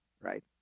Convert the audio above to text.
right